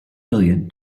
million